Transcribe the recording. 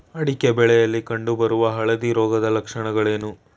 ಅಡಿಕೆ ಬೆಳೆಯಲ್ಲಿ ಕಂಡು ಬರುವ ಹಳದಿ ರೋಗದ ಲಕ್ಷಣಗಳೇನು?